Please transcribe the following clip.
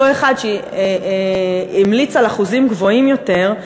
אותו אחד שהמליץ על אחוזים גבוהים יותר,